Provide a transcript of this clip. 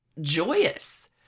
joyous